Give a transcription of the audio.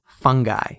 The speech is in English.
fungi